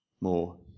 more